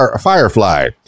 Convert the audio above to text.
firefly